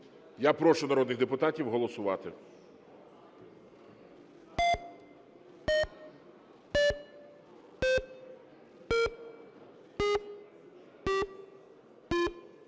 Я прошу народних депутатів голосувати.